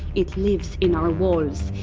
it lives in our walls,